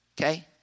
Okay